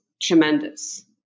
tremendous